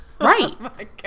Right